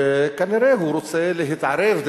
וכנראה הוא רוצה להתערב,